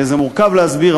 זה מורכב להסביר,